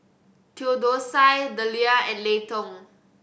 Theodosia Deliah and Layton